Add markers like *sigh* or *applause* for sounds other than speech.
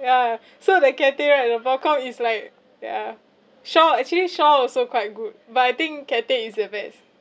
*laughs* ya so the cathay right the popcorn is like yeah shaw actually shaw also quite good but I think cathay is the best